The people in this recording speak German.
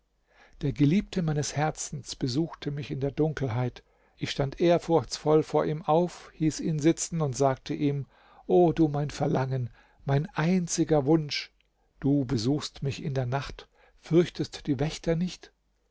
der geliebte meines herzens besuchte mich in der dunkelheit ich stand ehrfurchtsvoll vor ihm auf hieß ihn sitzen und sagte ihm o du mein verlangen mein einziger wunsch du besuchst mich in der nacht fürchtest du die wächter nicht